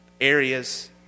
areas